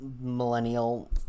millennial